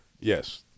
Yes